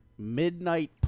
Midnight